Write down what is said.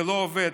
זה לא עובד.